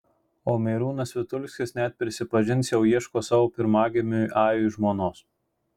o merūnas vitulskis net prisipažins jau ieško savo pirmagimiui ajui žmonos